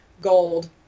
gold